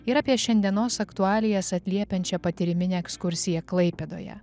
ir apie šiandienos aktualijas atliepiančią patyriminę ekskursiją klaipėdoje